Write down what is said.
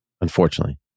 unfortunately